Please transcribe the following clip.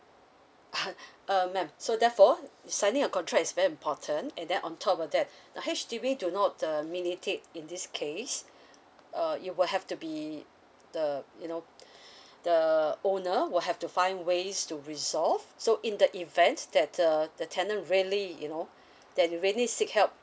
ha uh mam so therefore signing a contract is very important and then on top of that H_D_B do not uh meditate in this case uh you will have to be the you know the owner will have to find ways to resolve so in the event that the the tenant really you know that really seek help